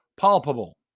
palpable